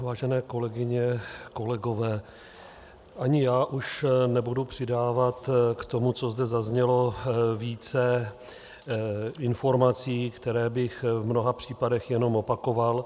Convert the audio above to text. Vážené kolegyně, kolegové, ani já už nebudu přidávat k tomu, co zde zaznělo, více informací, které bych v mnoha případech jenom opakoval.